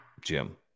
Jim